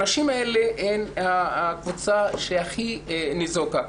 הנשים האלה הן הקבוצה שהכי ניזוקה.